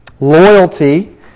loyalty